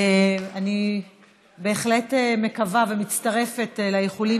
אני בהחלט מקווה ומצטרפת לאיחולים.